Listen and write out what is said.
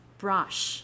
brush